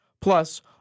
Plus